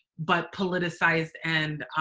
but politicized and